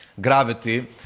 gravity